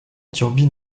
turbine